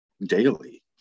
daily